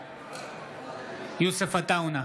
בעד יוסף עטאונה,